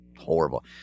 horrible